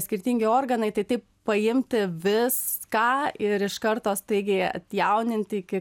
skirtingi organai tai taip paimti viską ir iš karto staigiai atjauninti iki